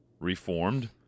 reformed